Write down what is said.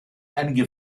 einige